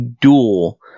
duel